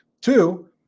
Two